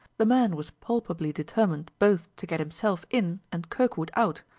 the man was palpably determined both to get himself in and kirkwood out,